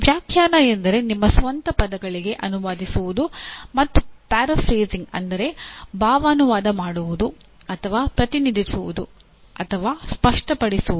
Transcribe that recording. ವ್ಯಾಖ್ಯಾನ ಎಂದರೆ ನಿಮ್ಮ ಸ್ವಂತ ಪದಗಳಿಗೆ ಅನುವಾದಿಸುವುದು ಅಥವಾ ಪ್ಯಾರಾಫ್ರೇಸಿಂಗ್ ಅಥವಾ ಪ್ರತಿನಿಧಿಸುವುದು ಅಥವಾ ಸ್ಪಷ್ಟಪಡಿಸುವುದು